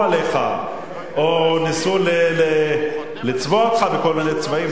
עליך או ניסו לצבוע אותך בכל מיני צבעים,